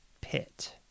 pit